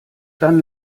dann